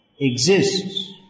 exists